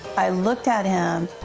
i looked at him.